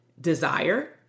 desire